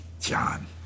John